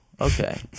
Okay